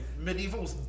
medieval